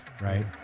right